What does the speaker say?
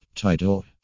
Title